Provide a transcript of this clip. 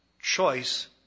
choice